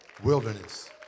Wilderness